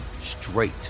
straight